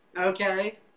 Okay